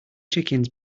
chickens